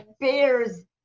bears